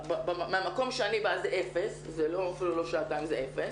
מהמקום שאני מגיעה זה אפילו לא שעתיים, זה אפס.